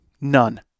None